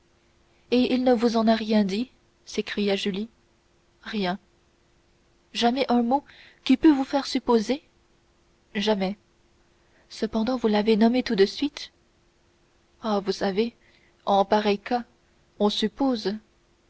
et il ne vous en a rien dit s'écria julie rien jamais un mot qui pût vous faire supposer jamais cependant vous l'avez nommé tout de suite ah vous savez en pareil cas on suppose